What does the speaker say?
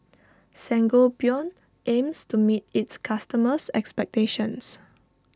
Sangobion aims to meet its customers' expectations